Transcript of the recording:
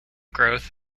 growth